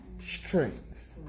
strength